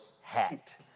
hacked